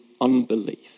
unbelief